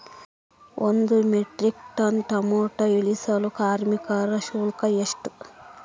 ಒಂದು metric tonne tomato ಇಳಿಸಲು ಕಾರ್ಮಿಕರ ಶುಲ್ಕ ಎಷ್ಟು?